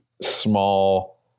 small